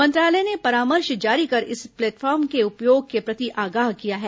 मंत्रालय ने परामर्श जारी कर इस प्लेटफॉर्म के उपयोग के प्रति आगाह किया है